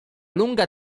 lunga